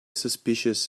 suspicious